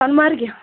سۄنہٕ مرگہِ